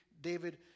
David